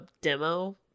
demo